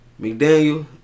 McDaniel